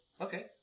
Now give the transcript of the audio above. Okay